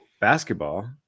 basketball